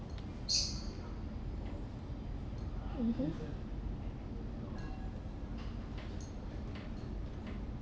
mmhmm